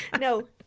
no